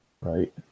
right